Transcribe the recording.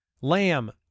Lamb